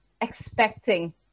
expecting